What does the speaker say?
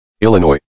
Illinois